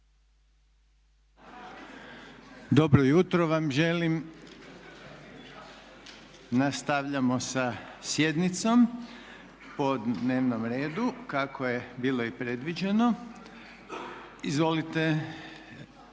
Dobro jutro vam želim! Nastavljamo sa sjednicom po dnevnom redu kako je bilo i predviđeno. Izvolite